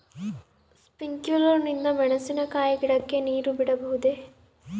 Sprinkler ನಿಂದ ಮೆಣಸಿನಕಾಯಿ ಗಿಡಕ್ಕೆ ನೇರು ಬಿಡಬಹುದೆ?